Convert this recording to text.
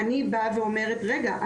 אני באה ואומרת רגע,